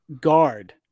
guard